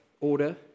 order